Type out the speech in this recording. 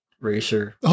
racer